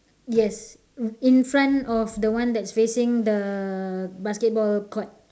yes in front of the one that's facing the basketball court